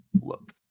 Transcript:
look